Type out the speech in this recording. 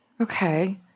Okay